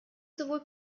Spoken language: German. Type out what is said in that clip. sowohl